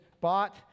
bought